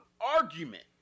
argument